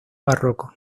barroco